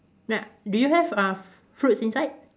na~ do you have uh fruits inside